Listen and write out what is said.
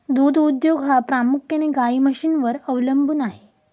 दूध उद्योग हा प्रामुख्याने गाई म्हशींवर अवलंबून आहे